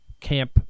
camp